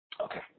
Okay